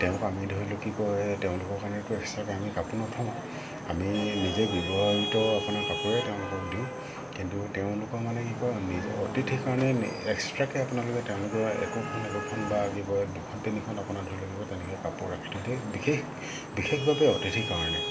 তেওঁক আমি ধৰি লওক কি কয় তেওঁলোকৰ কাৰণেতো এক্সট্ৰাকৈ আমি কাপোৰ নথওঁ আমি নিজে ব্যৱহাৰিত আপোনাৰ কাপোৰে তেওঁলোকক দিওঁ কিন্তু তেওঁলোকৰ মানে কি কয় নি অতিথিৰ কাৰণে এক্সট্ৰাকৈ আপোনালোকে তেওঁলোকৰ একোখন একোখন বা কি কয় দুখন তিনিখন আপোনাৰ ধৰি লক কি কয় তেনেকৈ কাপোৰ ৰাখি থওঁ বিশেষ বিশেষভাৱে অতিথিৰ কাৰণে